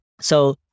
So-